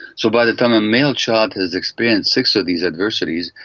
so by the time a male child has experienced six of these adversities,